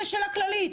וזו שאלה כללית.